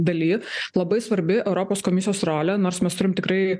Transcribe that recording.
daly labai svarbi europos komisijos rolė nors mes turim tikrai